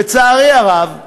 לצערי הרב,